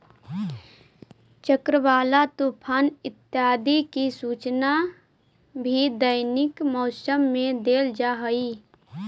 चक्रवात, तूफान इत्यादि की सूचना भी दैनिक मौसम में देल जा हई